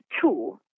two